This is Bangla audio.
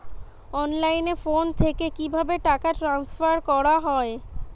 অনলাইনে ফোন থেকে কিভাবে টাকা ট্রান্সফার করা হয়?